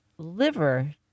liver